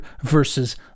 versus